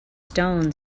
stone